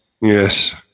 Yes